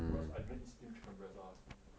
cause I don't eat skin chicken breast [one]